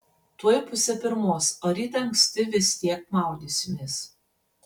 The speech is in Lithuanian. tuoj pusė pirmos o rytą anksti vis tiek maudysimės